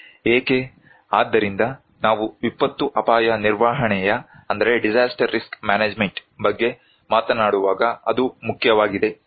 ಏಕೆ ಆದ್ದರಿಂದ ನಾವು ವಿಪತ್ತು ಅಪಾಯ ನಿರ್ವಹಣೆಯ ಬಗ್ಗೆ ಮಾತನಾಡುವಾಗ ಅದು ಮುಖ್ಯವಾಗಿದೆ